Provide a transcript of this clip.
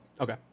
Okay